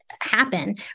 happen